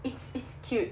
it's it's cute